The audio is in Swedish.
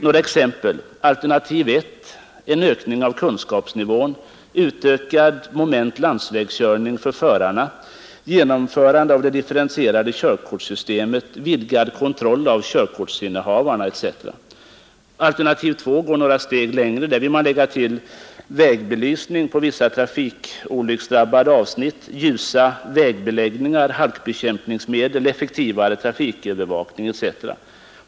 Några exempel: Alternativ 1 innebär en ökning av den allmänna kunskapsnivån, utökat moment landsvägskörning för förarna, genomförande av det differentierade körkortssystemet, vidgad kontroll av körkortsinnehavarna etc. Alternativ 2 går några steg längre. Där vill man lägga till vägbelysning på vissa trafikolycksdrabbade avsnitt, ljusa vägbeläggningar, halkbekämpningsmedel, effektivare trafikövervakning etc.